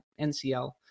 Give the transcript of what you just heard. NCL